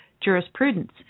jurisprudence